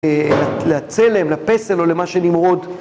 לצלם, לפסל או למה שנמרוד...